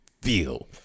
feel